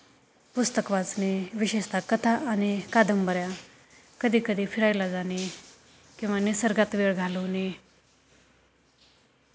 पुस्तक वाचणे विशेषतः कथा आणि कादंबऱ्या कधीकधी फिरायला जाणे किंवा निसर्गात वेळ घालवणे